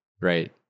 right